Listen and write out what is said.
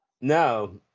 No